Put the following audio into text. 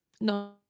no